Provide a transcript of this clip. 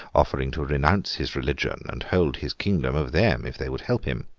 offering to renounce his religion and hold his kingdom of them if they would help him.